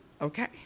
okay